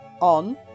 on